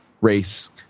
race